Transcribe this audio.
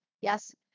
Yes